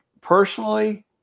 personally